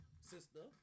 sister